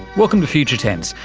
welcome to future tense,